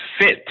fit